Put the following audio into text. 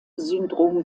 syndrom